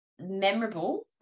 memorable